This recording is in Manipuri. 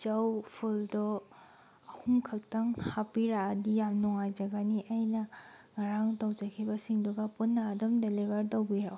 ꯆꯧ ꯐꯨꯜꯗꯣ ꯑꯍꯨꯝ ꯈꯛꯇꯪ ꯍꯥꯞꯄꯤꯔꯛꯑꯗꯤ ꯌꯥꯝ ꯅꯨꯡꯉꯥꯏꯖꯒꯅꯤ ꯑꯩꯅ ꯉꯔꯥꯡ ꯇꯧꯖꯈꯤꯕꯁꯤꯡꯗꯨꯒ ꯄꯨꯟꯅ ꯑꯗꯨꯝ ꯗꯦꯂꯤꯚꯔ ꯇꯧꯕꯤꯔꯛꯑꯣ